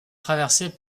traversé